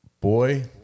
boy